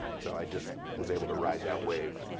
so i just was able to ride that wave.